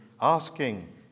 asking